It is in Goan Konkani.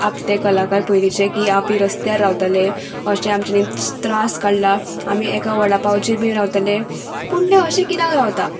आप ते कलाकार पयलींचे की आमी रस्त्यार रावतले अशें आमच्यानी त्रास काडला आमी एका वडा पांवचेर बीन रावतले पूण ते अशे किद्याक रावता